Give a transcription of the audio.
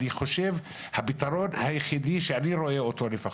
אני חושב שהפתרון היחידי שאני רואה אותו לפחות,